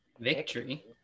Victory